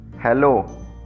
hello